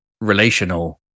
relational